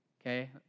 okay